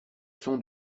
son